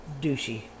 douchey